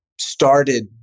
started